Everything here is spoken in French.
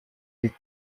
des